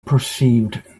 perceived